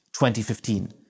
2015